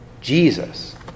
Jesus